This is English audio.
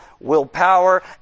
willpower